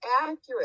accurate